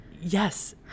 Yes